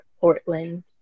portland